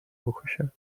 بکشن